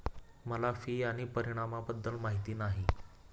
मला फी आणि परिणामाबद्दल माहिती नाही